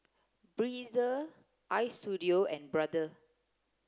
Breezer Istudio and Brother